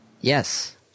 Yes